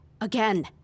Again